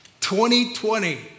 2020